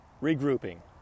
Regrouping